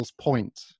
point